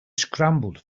scrambled